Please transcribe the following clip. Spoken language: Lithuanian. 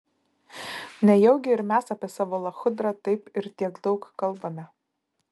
nejaugi ir mes apie savo lachudrą taip ir tiek daug kalbame